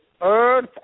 earth